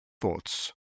thoughts